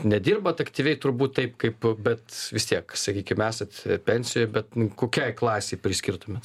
nedirbat aktyviai turbūt taip kaip bet vis tiek sakykim esat pensijoj bet kokiai klasei priskirtumėt